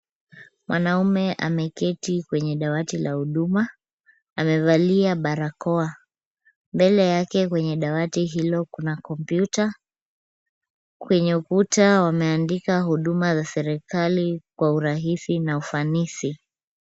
Mwanamume ameketi kwenye dawati la huduma, amevalia barakoa. Mbele yake kwenye dawati hilo kuna kompyuta. Kwenye ukuta wameandika huduma za serikali kwa urahisi na ufanisi.